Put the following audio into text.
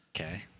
Okay